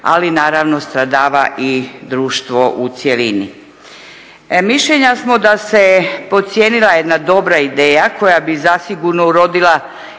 ali naravno stradava i društvo u cjelini. Mišljenja smo da se podcijenila jedna dobra ideja koja bi zasigurno urodila